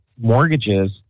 mortgages